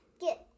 get